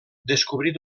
descobrir